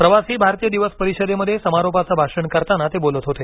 प्रवासी भारतीय दिवस परिषदेमध्ये समारोपाचं भाषण करताना ते बोलत होते